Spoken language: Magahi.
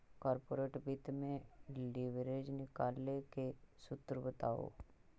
कॉर्पोरेट वित्त में लिवरेज निकाले के सूत्र बताओ